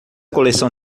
coleção